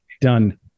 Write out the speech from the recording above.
done